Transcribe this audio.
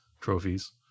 trophies